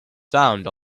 found